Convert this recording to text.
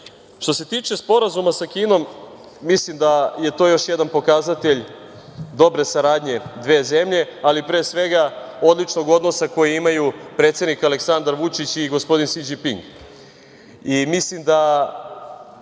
se tiče Sporazuma sa Kinom mislim da je to još jedan pokazatelj dobre saradnje dve zemlje, ali pre svega odličnog odnosa koji imaju predsednik Aleksandar Vučić i gospodin Si Đinping. Mislim